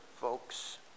folks